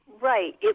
Right